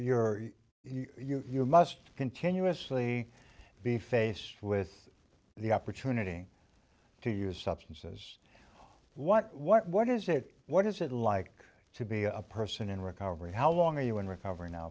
you're you must continuously be faced with the opportunity to use substances what what what is it what is it like to be a person in recovery how long are you in recovery now